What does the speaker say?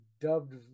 dubbed